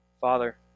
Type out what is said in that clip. Father